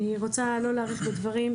אני רוצה לא להאריך בדברים,